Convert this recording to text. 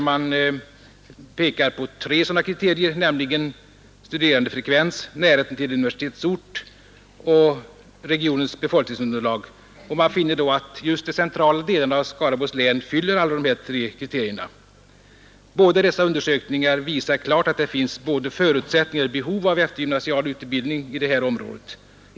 Författarna kommer fram till tre sådana kriterier, nämligen studerandefrekvens, närheten till universitetsort och regionens befolkningsunderlag. Man finner därvid att just de centrala delarna av Skaraborgs län fyller alla dessa kriterier. Båda dessa undersökningar visar klart att det finns såväl förutsättningar för som behov av eftergymnasial utbildning i det området.